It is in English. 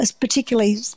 particularly